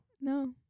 No